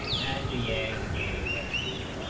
mga and game that's played